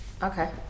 Okay